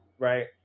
Right